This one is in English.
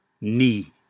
knee